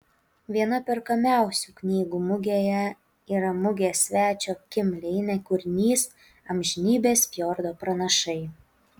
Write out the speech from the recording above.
viena perkamiausių knygų mugėje yra mugės svečio kim leine kūrinys amžinybės fjordo pranašai